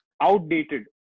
outdated